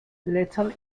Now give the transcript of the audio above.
little